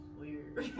weird